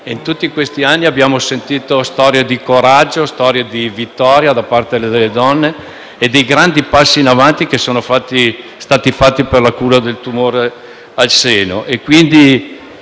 In tutti questi anni abbiamo sentito storie di coraggio e di vittoria da parte delle donne e dei grandi passi in avanti che sono fatti per la cura del tumore al seno.